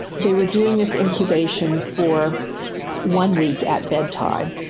they were doing this incubation for one week at bedtime.